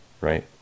right